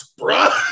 bruh